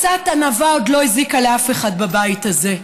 קצת ענווה עוד לא הזיקה לאף אחד בבית הזה.